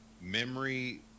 memory